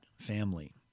family